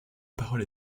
parole